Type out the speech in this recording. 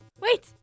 Wait